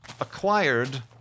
acquired